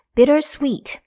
Bittersweet